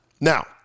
now